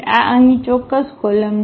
આ અહીં ચોક્કસ કોલમ છે